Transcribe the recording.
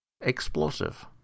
explosive